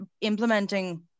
implementing